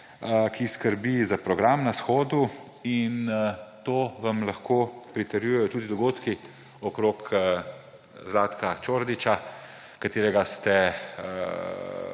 ki skrbi za program na shodu. In to vam lahko pritrjujejo tudi dogodki okrog Zlatka Čordića, ki ste